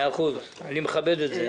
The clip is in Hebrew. מאה אחוז, אני מכבד את זה.